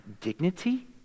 dignity